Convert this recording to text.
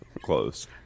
close